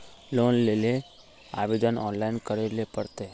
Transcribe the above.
Loan लेले आवेदन online करे ले पड़ते?